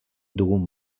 dugun